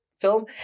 film